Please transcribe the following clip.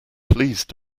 please